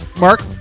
Mark